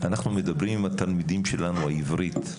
מדברים עם התלמידים שלנו עברית,